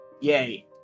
Yay